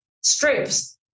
strips